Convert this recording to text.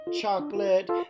Chocolate